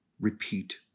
Repeat